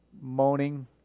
moaning